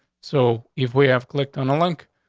so if we have clicked on a link.